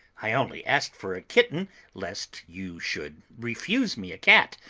i only asked for a kitten lest you should refuse me a cat.